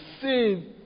save